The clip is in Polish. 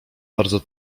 bardzo